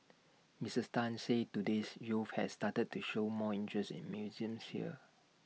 Missus Tan said today's youth have started to show more interest in museums here